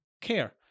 care